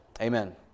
Amen